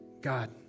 God